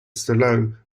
stallone